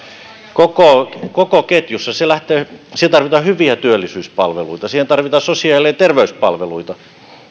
koko koko ketjussa siihen tarvitaan hyviä työllisyyspalveluita siihen tarvitaan sosiaali ja terveyspalveluita